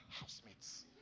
housemates